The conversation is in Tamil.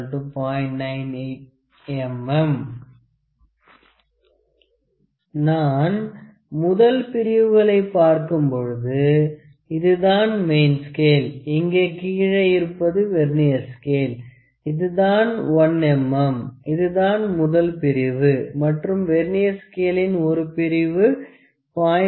98 mm நான் முதல் பிரிவுகளை பார்க்கும் பொழுது இது தான் மெயின் ஸ்கேல் இங்கே கீழே இருப்பது வெர்னியர் ஸ்கேல் இது தான் 1 mm இதுதான் முதல் பிரிவு மற்றும் வெர்னியர் ஸ்கேளின் ஒரு பிரிவு 0